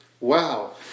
Wow